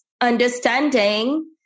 understanding